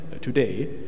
today